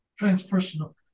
transpersonal